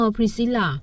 Priscilla